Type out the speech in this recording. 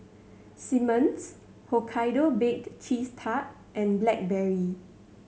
Simmons Hokkaido Baked Cheese Tart and Blackberry